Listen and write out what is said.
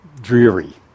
dreary